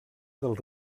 del